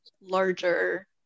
larger